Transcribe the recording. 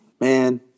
Man